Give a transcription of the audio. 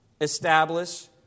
establish